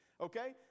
okay